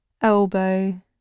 elbow